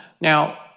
Now